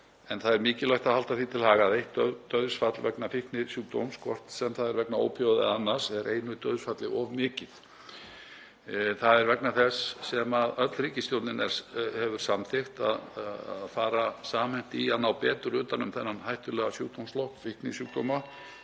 en það er mikilvægt að halda því til haga að eitt dauðsfall vegna fíknisjúkdóma, hvort sem það er vegna ópíóíða eða annars, er einu dauðsfalli of mikið. Þess vegna hefur öll ríkisstjórnin samþykkt að fara samhent í að ná betur utan um þennan hættulega sjúkdómsflokk, fíknisjúkdóma,